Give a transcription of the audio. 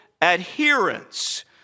adherence